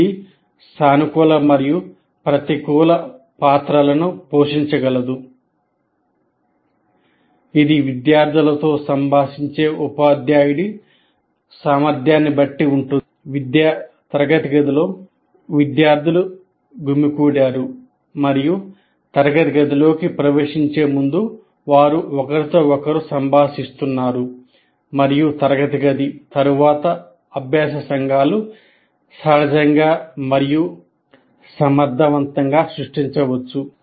ఇది సానుకూల మరియు ప్రతికూల పాత్రలను పోషించగలదు తరగతి గదిలో విద్యార్థులు గుమిగూడారు మరియు తరగతి గదిలోకి ప్రవేశించే ముందు వారు ఒకరితో ఒకరు సంభాషిస్తున్నారు మరియు తరగతి గది తరువాత అభ్యాస సంఘాలు సహజంగా మరియు మరింత సమర్థవంతంగా సృష్టించవచ్చు